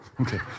Okay